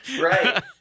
right